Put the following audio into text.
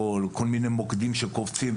כל מיני מוקדים קופצים,